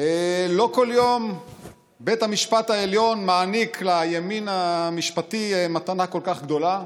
לא כל יום בית המשפט העליון מעניק לימין המשפטי מתנה כל כך גדולה.